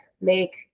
make